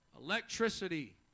Electricity